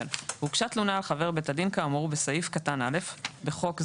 (ג)הוגשה תלונה על חבר בית דין כאמור בסעיף קטן (א) (בחוק זה,